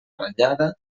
ratllada